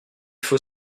faut